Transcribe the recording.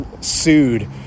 sued